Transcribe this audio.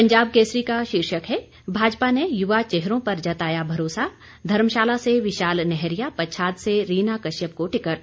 पंजाब केसरी का शीर्षक है भाजपा ने युवा चेहरों पर जताया भरोसा धर्मशाला से विशाल नैहरिया पच्छाद से रीना कश्यप को टिकट